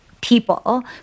people